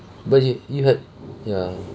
but you you had ya